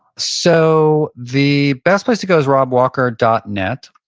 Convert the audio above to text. so the best place to go is robwalker dot net.